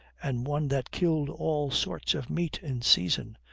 and one that killed all sorts of meat in season,